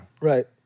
Right